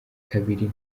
kabiri